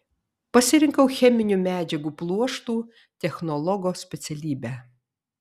pasirinkau cheminių medžiagų pluoštų technologo specialybę